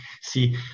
see